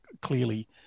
clearly